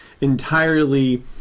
entirely